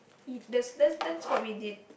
it that's that's what we did